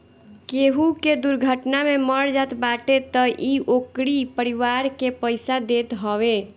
केहू के दुर्घटना में मर जात बाटे तअ इ ओकरी परिवार के पईसा देत हवे